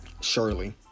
surely